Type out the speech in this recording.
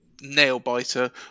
nail-biter